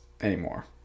anymore